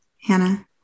Hannah